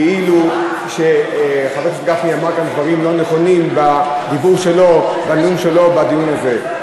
כאילו חבר הכנסת גפני אמר פה דברים לא נכונים בנאום שלו בדיון הזה.